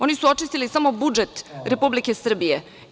Oni su očistili samo budžet Republike Srbije.